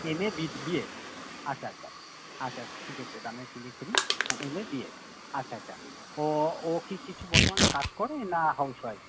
M A B Ed B Ed আচ্ছা আচ্ছা আচ্ছা আচ্ছা ঠিক আছে দাঁড়ান একটু লিখে নিই হ্যাঁ এম এ বিএড আচ্ছা আচ্ছা ও কি কিছু বর্তমানে কাজ করে না হাউসওয়াইফ